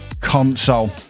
console